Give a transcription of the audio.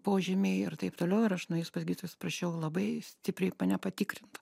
požymiai ir taip toliau ir aš nuėjus pas gydytojus prašiau labai stipriai mane patikrint